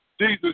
Jesus